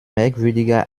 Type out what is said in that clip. merkwürdiger